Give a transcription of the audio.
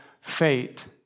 fate